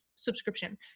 subscription